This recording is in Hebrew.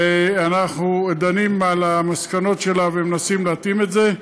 ואנחנו דנים במסקנות שלה ומנסים להתאים את זה.